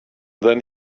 then